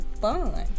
fun